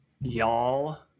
y'all